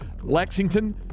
Lexington